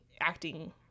acting